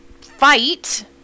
fight